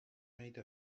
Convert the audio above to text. made